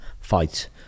fight